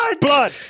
blood